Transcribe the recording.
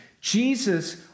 Jesus